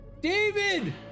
David